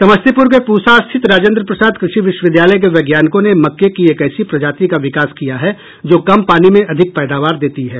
समस्तीपूर के पूसा स्थित राजेन्द्र प्रसाद कृषि विश्वविद्यालय के वैज्ञानिकों ने मक्के की एक ऐसी प्रजाति का विकास किया है जो कम पानी में अधिक पैदावार देती है